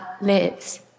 lives